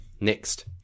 Next